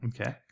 Okay